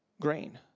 grain